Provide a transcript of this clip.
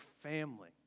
family